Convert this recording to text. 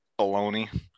baloney